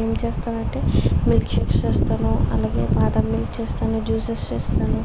ఏం చేస్తాను అంటే మిల్క్షేక్స్ చేస్తాను అలాగే బాదం మిల్క్ చూస్తాను జ్యూసెస్ చేస్తాను